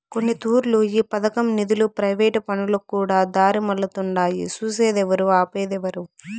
కొన్నితూర్లు ఈ పదకం నిదులు ప్రైవేటు పనులకుకూడా దారిమల్లతుండాయి సూసేదేవరు, ఆపేదేవరు